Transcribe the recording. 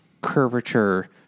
curvature